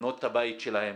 לבנות הבית שלהם.